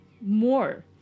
more